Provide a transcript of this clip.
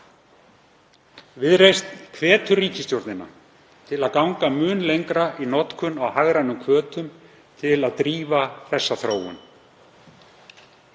Viðreisn hvetur ríkisstjórnina til að ganga mun lengra í notkun á hagrænum hvötum til að drífa þessa þróun.